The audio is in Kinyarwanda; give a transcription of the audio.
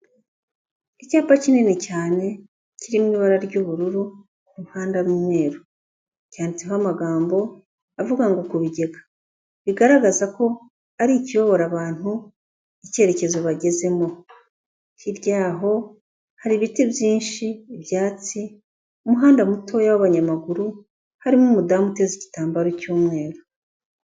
Icyapa kinini cyane kiri mu ibara ry'ubururu impande ari umweru, cyanditseho amagambo avuga ngo ku bigega, bigaragaza ko ari ikiyobora abantu icyerekezo bagezemo. Hirya y'aho hari ibiti byinshi, ibyatsi, umuhanda mutoya w'abanyamaguru harimo umudamu uteze igitambaro cy'umweru.